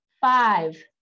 Five